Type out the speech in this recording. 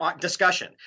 discussion